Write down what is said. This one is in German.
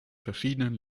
verschiedenen